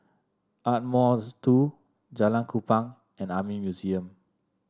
Ardmore Two Jalan Kupang and Army Museum